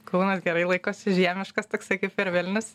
kaunas gerai laikosi žiemiškas toksai kaip ir vilnius